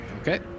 Okay